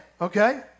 okay